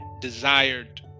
desired